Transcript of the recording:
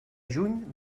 juny